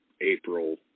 April